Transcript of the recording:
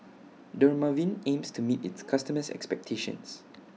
Dermaveen aims to meet its customers' expectations